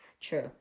True